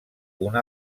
una